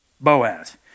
Boaz